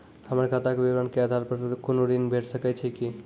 हमर खाता के विवरण के आधार प कुनू ऋण भेट सकै छै की?